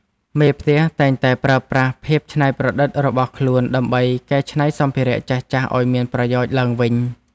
មេផ្ទះតែងតែប្រើប្រាស់ភាពច្នៃប្រឌិតរបស់ខ្លួនដើម្បីកែច្នៃសម្ភារៈចាស់ៗឱ្យមានប្រយោជន៍ឡើងវិញ។